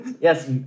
Yes